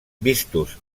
vistos